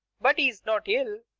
but he's not ill.